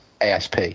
ASP